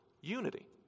unity